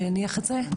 שהניח את זה,